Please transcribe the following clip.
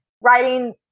writing